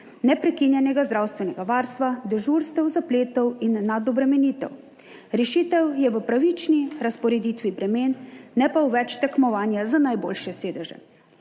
neprekinjenega zdravstvenega varstva, dežurstev, zapletov in nadobremenitev. Rešitev je v pravični razporeditvi bremen, ne pa v več tekmovanja za najboljše sedeže.